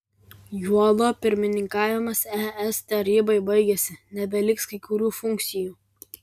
juolab pirmininkavimas es tarybai baigėsi nebeliks kai kurių funkcijų